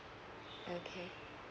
okay